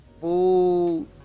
food